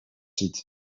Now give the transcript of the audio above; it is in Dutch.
ziet